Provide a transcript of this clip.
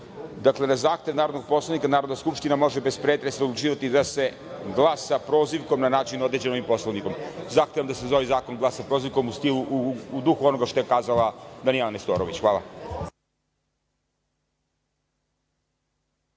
3 - na zahtev narodnog poslanika Narodna skupština može bez pretresa odlučiti da se glasa prozivkom, na način određen ovim Poslovnikom. Zahtevam da se za ovaj zakon glasa prozivkom, u duhu onoga što je kazala Danijela Nestorović. Hvala.